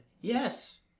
Yes